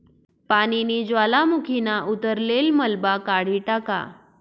पानीनी ज्वालामुखीना उतरलेल मलबा काढी टाका